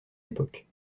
époque